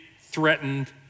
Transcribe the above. threatened